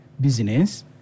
business